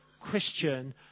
christian